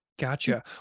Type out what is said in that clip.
Gotcha